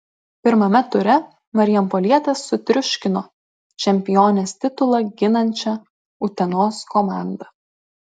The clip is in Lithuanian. pirmame ture marijampolietės sutriuškino čempionės titulą ginančią utenos komandą